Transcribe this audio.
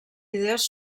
idees